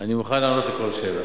אני מוכן לענות על כל שאלה.